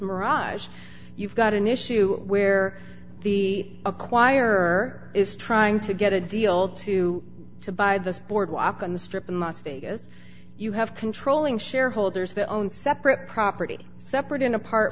mirage you've got a new to where the acquirer is trying to get a deal to to buy this boardwalk on the strip in las vegas you have controlling shareholders that own separate property separate and apart